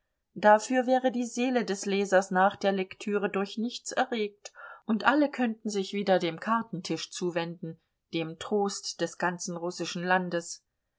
dafür wäre die seele des lesers nach der lektüre durch nichts erregt und alle könnten sich wieder dem kartentisch zuwenden dem trost des ganzen russischen landes